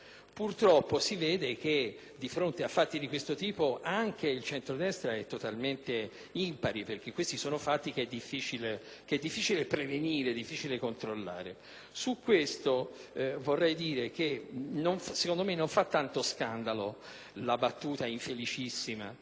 Purtroppo si vede che, di fronte a fatti del genere, anche il centrodestra è totalmente impari, perché sono fatti che è difficile prevenire, è difficile controllare. In proposito, secondo me, non fa tanto scandalo la battuta infelicissima